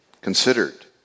considered